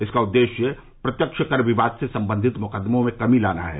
इसका उद्देश्य प्रत्यक्ष कर विवाद से संबंधित मुकदमों में कमी लाना है